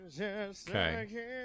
okay